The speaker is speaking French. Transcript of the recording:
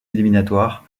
éliminatoires